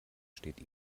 steht